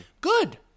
good